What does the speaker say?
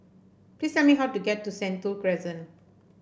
please tell me how to get to Sentul Crescent